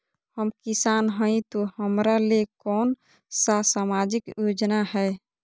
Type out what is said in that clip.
हम किसान हई तो हमरा ले कोन सा सामाजिक योजना है?